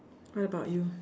what about you